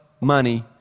money